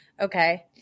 Okay